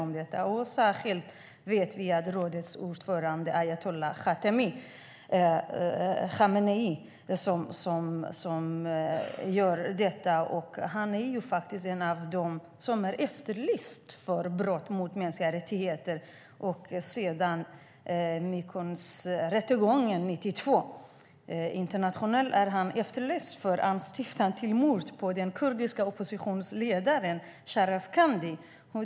Vi vet att det särskilt är rådets ordförande ayatolla Khamenei som gör det. Han är en av dem som sedan Mykonosrättegången 1992 är internationellt efterlyst för anstiftan till mord på den kurdiske oppositionsledaren Sharaf Khandi.